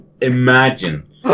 imagine